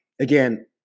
again